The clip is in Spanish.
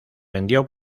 vendió